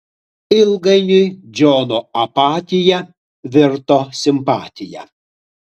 ilgainiui džono apatija virto simpatija